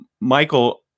Michael